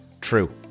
true